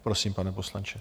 Prosím, pane poslanče.